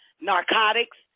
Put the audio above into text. narcotics